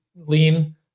lean